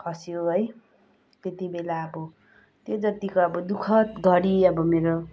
खस्यो है त्यतिबेला अब त्यो जतिको दुखद घडी अब मेरो